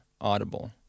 audible